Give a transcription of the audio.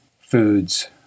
foods